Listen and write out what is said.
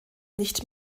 nicht